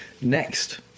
next